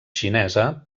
xinesa